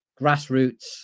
grassroots